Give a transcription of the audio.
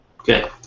Okay